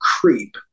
creep